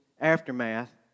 aftermath